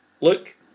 look